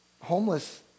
homeless